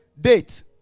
date